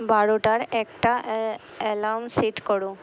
বারোটার একটা alarm set করো